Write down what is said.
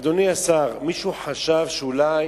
אדוני השר, מישהו חשב שאולי